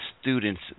students